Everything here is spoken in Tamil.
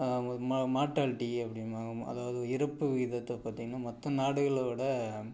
மா மார்ட்டாலிட்டி அப்படினுவாங்க அதாவது இறப்பு விகிதத்தை பார்த்திங்கன்னா மற்ற நாடுகளை விட